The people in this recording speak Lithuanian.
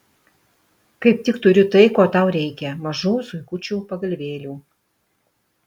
kaip tik turiu tai ko tau reikia mažų zuikučių pagalvėlių